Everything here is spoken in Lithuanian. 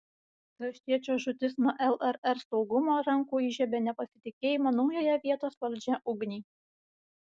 kraštiečio žūtis nuo llr saugumo rankų įžiebė nepasitikėjimo naująją vietos valdžia ugnį